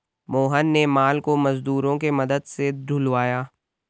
मोहन ने माल को मजदूरों के मदद से ढूलवाया